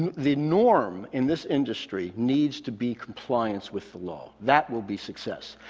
the norm in this industry needs to be compliance with the law. that will be success.